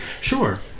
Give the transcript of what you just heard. Sure